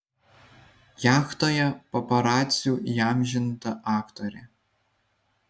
jachtoje paparacių įamžinta aktorė